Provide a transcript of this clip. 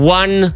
one